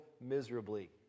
miserably